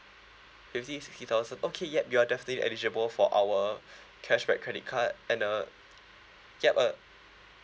fifty sixty thousand okay ya you are definitely eligible for our cashback credit card and uh ya uh